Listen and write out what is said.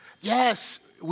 Yes